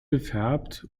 gefärbt